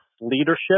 leadership